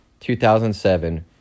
2007